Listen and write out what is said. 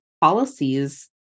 policies